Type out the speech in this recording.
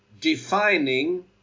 Defining